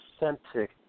authentic